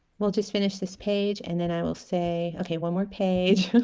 we'll just finish this page and then i will say okay one more page